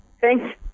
Thanks